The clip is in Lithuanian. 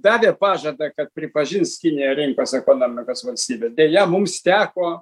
davė pažadą kad pripažins kiniją rinkos ekonomikos valstybe deja mums teko